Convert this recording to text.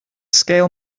scale